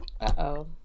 Uh-oh